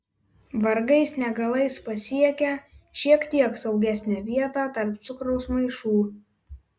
vargais negalais pasiekia šiek tiek saugesnę vietą tarp cukraus maišų